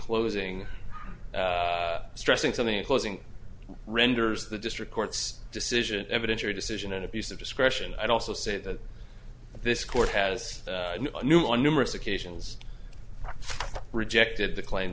closing stressing something or closing renders the district court's decision evidence or decision an abuse of discretion i'd also say that this court has new on numerous occasions rejected the claim